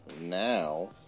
now